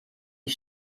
die